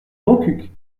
montcuq